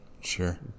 Sure